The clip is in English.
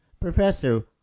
Professor